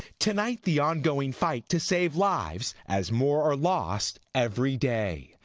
tonight the ongoing fight to save lives as more are lost every day.